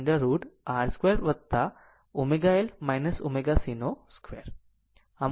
√ over R 2 ω L ω c 2 હશે